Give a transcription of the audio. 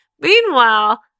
Meanwhile